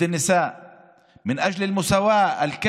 כלפי נשים ולמען שוויון זכויות מלא